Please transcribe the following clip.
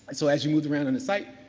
and so, as you move around on the site,